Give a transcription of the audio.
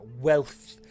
wealth